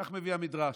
כך מביא המדרש.